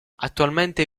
attualmente